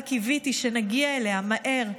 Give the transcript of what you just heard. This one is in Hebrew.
רק קיוויתי שנגיע אליה מהר.